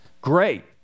Great